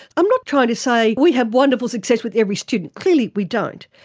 i'm not trying to say we have wonderful success with every student. clearly we don't.